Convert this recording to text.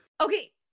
Okay